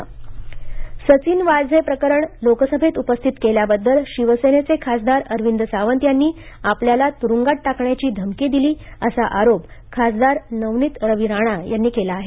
नवदीप राणा सचिन वाझे प्रकरण लोकसभेत उपस्थित केल्याबद्दल शिवसेनेचे खासदार अरविंद सावंत यांनी आपल्याला त्रुंगात टाकण्याची धमकी दिली असां आरोप खासदार नवनीत रवी राणा यांनी केला आहे